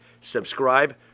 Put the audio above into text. subscribe